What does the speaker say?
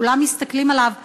כולם מסתכלים עליו כאחר,